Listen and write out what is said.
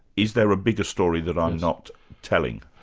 is there a bigger story that i'm not telling?